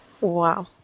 Wow